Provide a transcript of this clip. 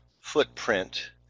footprint